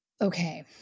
Okay